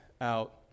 out